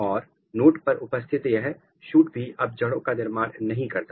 और नोड पर उपस्थित यह सूट भी अब जड़ों का निर्माण नहीं करता